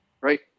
right